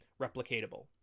replicatable